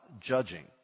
judging